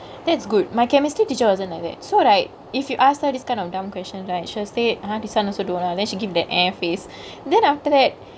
that's good my chemistry teacher wasn't like that so right if you ask her this kind of dumb question right she will say !huh! this one also don't know ah then she give the air face then after that